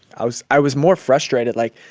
i was i was more frustrated. like,